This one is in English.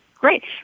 great